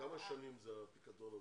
--- לכמה שנים הפיקדון הזה?